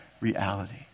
reality